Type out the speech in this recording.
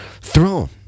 throne